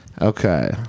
Okay